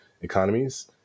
economies